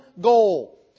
goal